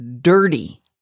dirty